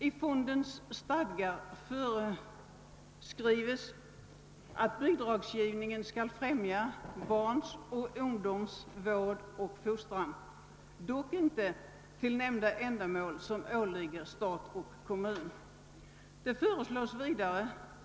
I fondens stadgar föreskrivs att bidragsgivningen skall främja barns och ungdoms vård och fostran, dock inte ändamål som det åligger stat och kommun att tillgodose.